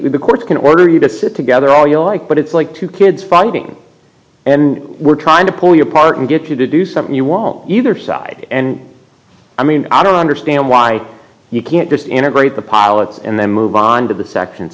the court can order you to sit together all you like but it's like two kids fighting and we're trying to pull your part and get you to do something you want either side and i mean i don't understand why you can't just integrate the politics and then move on to the sec